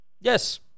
Yes